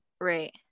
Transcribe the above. right